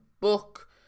book